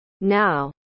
Now